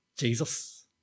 Jesus